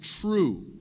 true